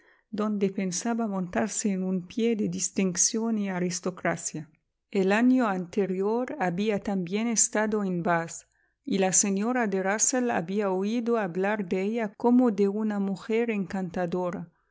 donde pensaba montarse en un pie de distinción y aristocracia el año anterior había también estado en batli y la señora de rusell había oído hablar de ella como de una mujer encantadora era muy de